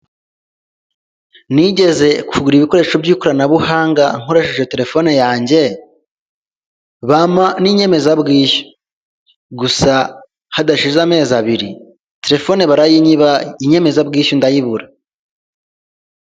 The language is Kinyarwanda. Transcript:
Nigeze kugura ibikoresho by'ikoranabuhanga nkoresheje telefone yanjye bampa n inyemezabwishyu gusa hadashize amezi abiri telefone barayinyiba inyemezabwishyu ndayibura.